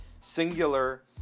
singular